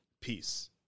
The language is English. Peace